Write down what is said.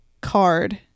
card